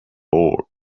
board